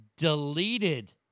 Deleted